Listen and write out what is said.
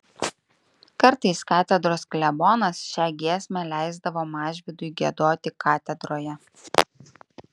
kartais katedros klebonas šią giesmę leisdavo mažvydui giedoti katedroje